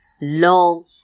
long